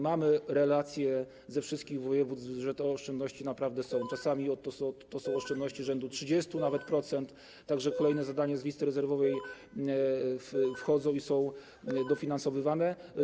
Mamy relacje ze wszystkich województw, że te oszczędności naprawdę są - czasami to są oszczędności rzędu nawet 30% - tak że kolejne zadania z listy rezerwowej wchodzą i są dofinansowywane.